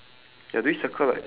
two differences in